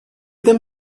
them